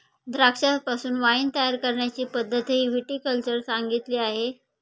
द्राक्षांपासून वाइन तयार करण्याची पद्धतही विटी कल्चर सांगितली आहे